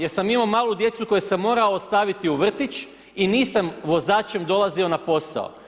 Jer sam imao malu djecu, koju sam morao ostaviti u vrtić i nisam vozačem dolazio na posao.